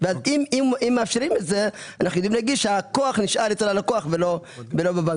ואז אנו יודעים לומר הכוח נשאר אצל הלקוח ולא בבנקים.